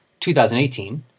2018